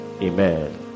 Amen